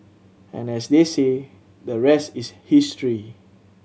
and as they say the rest is history